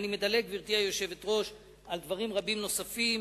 אני מדלג, גברתי היושבת-ראש, על דברים רבים נוספים